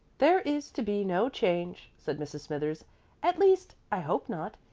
there is to be no change, said mrs. smithers at least, i hope not,